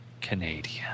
Canadian